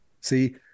See